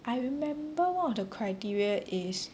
I remember one of the criteria is